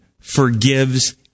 forgives